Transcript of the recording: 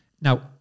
Now